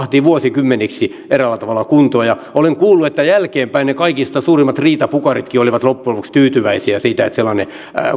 vuosikymmeniksi eräällä tavalla kuntoon olen kuullut että jälkeenpäin ne kaikista suurimmatkin riitapukarit olivat loppujen lopuksi tyytyväisiä että sellainen